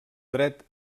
dret